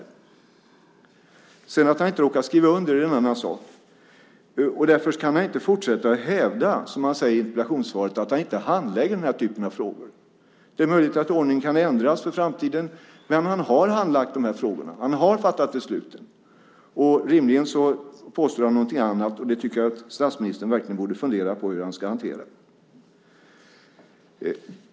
Att det sedan råkar vara så att han inte skrivit under är en annan sak. Därför kan han inte fortsätta att hävda, som han gör i interpellationssvaret, att han inte handlägger den här typen av frågor. Det är möjligt att ordningen kan ändras för framtiden. Men han har handlagt de här frågorna. Han har fattat besluten, men rimligen påstår han någonting annat. Statsministern borde verkligen, tycker jag, fundera på hur han ska hantera det.